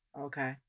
Okay